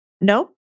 Nope